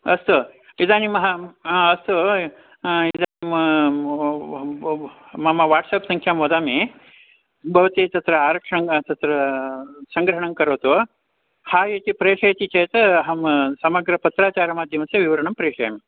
अस्तु इदानीमहम् अस्तु इदानीं मम वाट्सप् सङ्ख्यां वदामि भवती तत्र आरक्षणं तत्र सङ्ग्रहणं करोतु हायिति प्रेषयति चेत् अहं समग्रपत्राचारमाध्यमस्य विवरणं प्रेषयामि